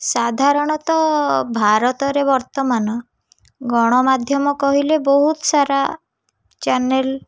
ସାଧାରଣତଃ ଭାରତରେ ବର୍ତ୍ତମାନ ଗଣମାଧ୍ୟମ କହିଲେ ବହୁତସାରା ଚ୍ୟାନେଲ୍